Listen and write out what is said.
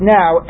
now